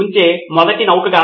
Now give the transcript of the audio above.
సిద్ధార్థ్ మాతురి నిజమే